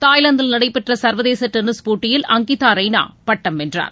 தாய்லாந்தில் நடைபெற்ற சர்வதேச டென்னிஸ் போட்டியில் அங்கிதா ரெய்னா பட்டம் வென்றார்